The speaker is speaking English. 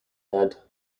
had